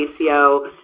ACO